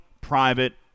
private